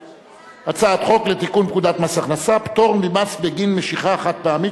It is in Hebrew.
הצעת חוק לתיקון פקודת מס הכנסה (פטור ממס בגין משיכה חד-פעמית